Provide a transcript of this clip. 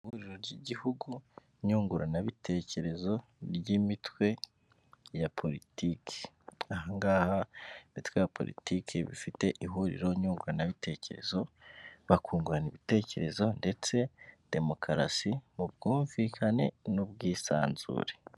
Ihuriro ry'igihugu nyunguranabitekerezo ry'imitwe ya politiki, ahangaha imitwe ya politiki bifite ihuriro nyunguranabitekerezo bakungurana ibitekerezo ndetse na demokarasi mu bwumvikane n'ubwisanzure.